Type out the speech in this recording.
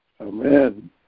Amen